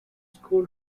school